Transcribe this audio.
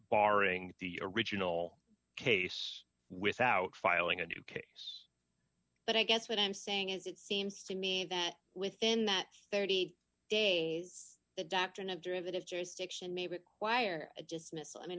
barring the original case without filing a new case but i guess what i'm saying is it seems to me that within that thirty days the doctrine of derivative jurisdiction may require a